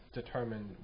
determine